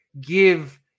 give